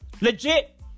Legit